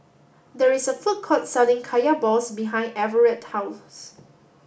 there is a food court selling Kaya balls behind Everet's house